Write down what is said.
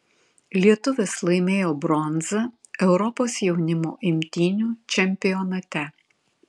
lietuvis laimėjo bronzą europos jaunimo imtynių čempionate